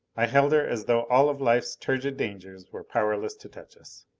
i held her as though all of life's turgid dangers were powerless to touch us.